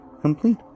complete